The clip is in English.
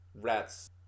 rats